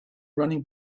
running